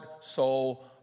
soul